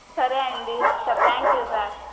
సరే అండి thank you sir